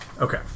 Okay